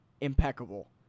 impeccable